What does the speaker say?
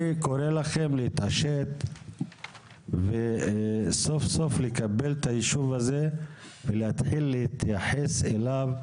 אני קורא לכם להתעשת וסוף סוף לקבל את היישוב הזה ולהתחיל להתייחס אליו